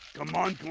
come on. oh,